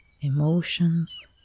emotions